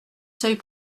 seuils